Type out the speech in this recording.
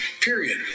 period